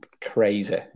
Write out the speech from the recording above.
crazy